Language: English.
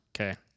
Okay